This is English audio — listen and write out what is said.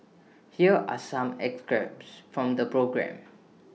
here are some from the programme